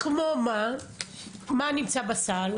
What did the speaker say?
מה נמצא בסל?